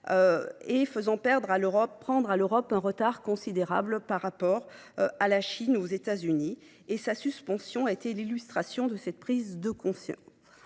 faisant prendre à l’Europe un retard considérable face à la Chine ou aux États-Unis. Sa suspension a été l’illustration de cette prise de conscience.